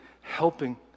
helping